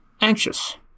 Anxious